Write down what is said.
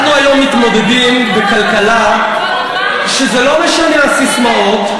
אנחנו היום מתמודדים בכלכלה שבה לא משנה מה הססמאות,